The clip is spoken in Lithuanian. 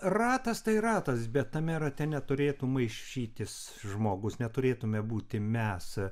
ratas tai ratas bet tame rate neturėtų maišytis žmogus neturėtume būti mes